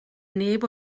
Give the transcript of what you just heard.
neb